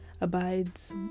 abides